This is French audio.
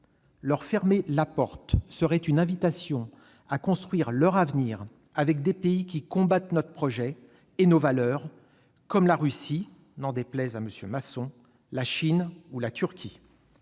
Leur fermer la porte serait les inviter à construire leur avenir avec des pays qui combattent notre projet et nos valeurs, comme la Russie, n'en déplaise à M. Masson, la Chine ou la Turquie.